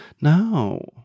no